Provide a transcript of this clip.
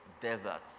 desert